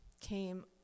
came